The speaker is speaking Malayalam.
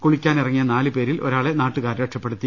കുളി ക്കാനിറങ്ങിയ നാലുപേരിൽ ഒരാളെ നാട്ടുകാർ രക്ഷപ്പെടുത്തി